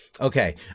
Okay